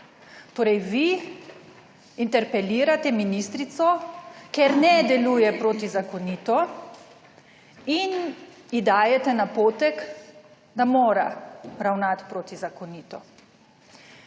Torej vi interpelirate ministrico, ker ne deluje protizakonito in ji dajete napotek, da mora ravnati protizakonito.